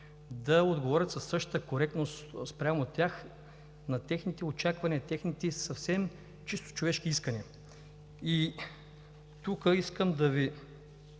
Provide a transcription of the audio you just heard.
да отговорят със същата коректност спрямо техните очаквания, на техните съвсем чисто човешки искания. И тук искам да Ви